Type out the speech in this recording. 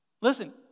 Listen